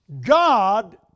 God